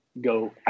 go